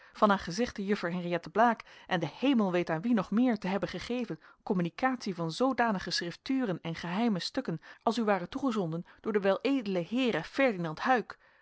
van aan gezegde juffer henriëtte blaek en de hemel weet aan wie nog meer te hebben gegeven communicatie van zoodanige schrifturen en geheime stukken als u waren toegezonden door den weledelen heere ferdinand huyck